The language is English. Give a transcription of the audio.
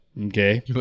Okay